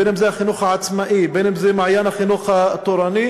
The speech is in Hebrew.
בין שזה החינוך העצמאי ובין שזה "מעיין החינוך התורני",